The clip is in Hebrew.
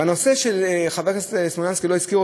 נושא שחבר הכנסת סלומינסקי לא הזכיר,